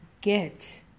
get